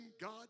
God